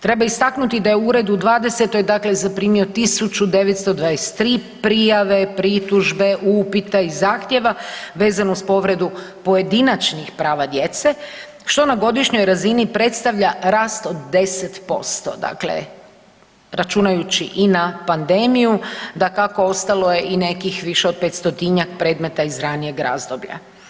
Treba istaknuti da je Ured u '20. zaprimio 1923 prijave, pritužbe, upita i zahtjeva vezan uz povredu pojedinačnih prava djece, što na godišnjoj razini predstavlja rast od 10%, dakle računajući i na pandemiju, dakako, ostalo je i nekih više od 500-njak predmeta iz ranijeg razdoblja.